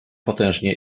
potężnie